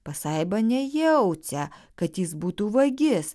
pasaiba nejaucia kad jis būtų vagis